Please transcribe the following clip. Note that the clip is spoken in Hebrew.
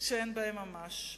שאין בהן ממש.